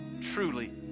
truly